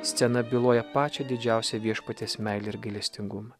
scena byloja pačią didžiausią viešpaties meilę ir gailestingumą